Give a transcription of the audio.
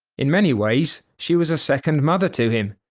in many ways she was a second mother to him,